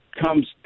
comes